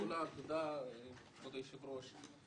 בוקר טוב לכולם, תודה כבוד יושבת הראש.